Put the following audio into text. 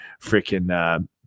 freaking